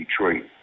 Detroit